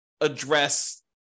address